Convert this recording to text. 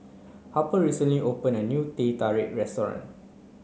Harper recently opened a new Teh Tarik restaurant